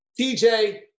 TJ